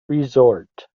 resort